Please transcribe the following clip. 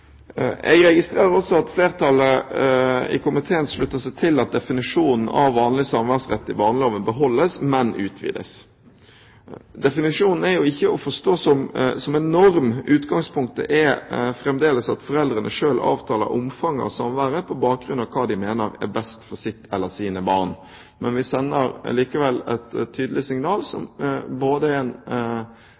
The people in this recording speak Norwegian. Jeg registrerer også at flertallet i komiteen slutter seg til at definisjonen av vanlig samværsrett i barneloven beholdes, men utvides. Definisjonen er jo ikke å forstå som en norm. Utgangspunktet er fremdeles at foreldrene selv avtaler omfanget av samværet på bakgrunn av hva de mener er best for sitt eller sine barn. Men vi sender likevel et tydelig signal som både er en